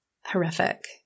Horrific